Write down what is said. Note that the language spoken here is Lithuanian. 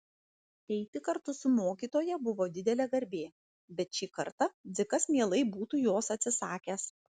eiti kartu su mokytoja buvo didelė garbė bet šį kartą dzikas mielai būtų jos atsisakęs